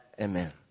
Amen